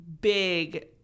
big